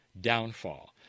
downfall